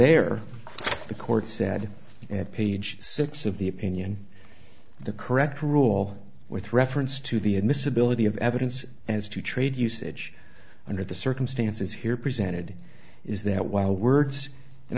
there the court said at page six of the opinion the correct rule with reference to the admissibility of evidence as to trade usage under the circumstances here presented is that while words in